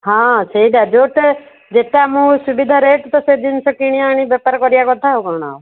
ହଁ ସେଇଟା ଯେଉଁଟା ଯେତେ ଆମକୁ ସୁବିଧା ରେଟ୍ ତ ସେ ଜିନିଷ କିଣି ଆଣି ବେପାର କରିବା କଥା ଆଉ କ'ଣ